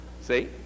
See